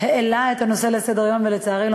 שהעלה את הנושא על סדר-היום ולצערי לא